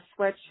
sweatshirt